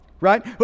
right